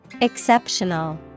Exceptional